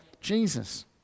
Jesus